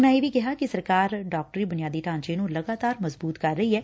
ਉਨ੍ਹਾਂ ਇਹ ਵੀ ਕਿਹਾ ਕਿ ਸਰਕਾਰ ਡਾਕਟਰੀ ਬੁਨਿਆਦੀ ਢਾਚੇ ਨੂੰ ਲਗਾਤਾਰ ਮਜ਼ਬੂਤ ਕਰ ਰਹੀ ਐ